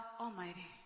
Almighty